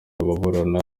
ababurana